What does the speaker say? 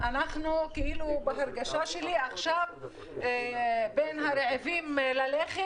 בהרגשה שלי אנחנו עכשיו בין הרעבים ללחם